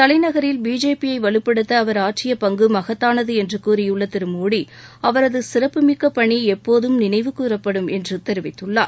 தலைநகரில் பிஜேபியை வலுப்படுத்த அவர் ஆற்றிய பங்கு மகத்தானது என்று கூறியுள்ள திரு மோடி அவரது சிறப்புமிக்க பணி எப்போதும் நினைவு கூறப்படும் என்று தெரிவித்துள்ளார்